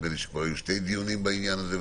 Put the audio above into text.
נדמה לי שהיו כבר שני דיונים בעניין הזה,